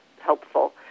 helpful